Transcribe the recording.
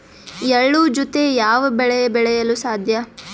ಎಳ್ಳು ಜೂತೆ ಯಾವ ಬೆಳೆ ಬೆಳೆಯಲು ಸಾಧ್ಯ?